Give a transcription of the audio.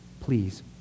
Please